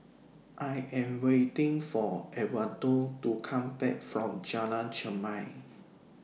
I Am waiting For Edwardo to Come Back from Jalan Chermai